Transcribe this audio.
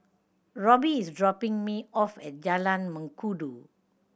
Roby is dropping me off at Jalan Mengkudu